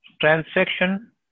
transaction